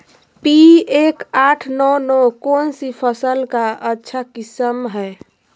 P एक आठ नौ नौ कौन सी फसल का अच्छा किस्म हैं?